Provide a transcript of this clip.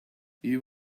you